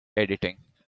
editing